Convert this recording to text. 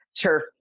turf